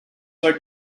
were